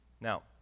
Now